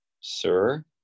sir